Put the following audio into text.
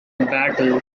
battle